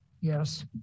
Yes